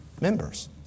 members